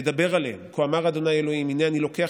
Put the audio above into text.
ודבר אליהם כה אמר ה' אלהים הנה אני לקח